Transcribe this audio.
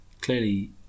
Clearly